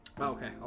Okay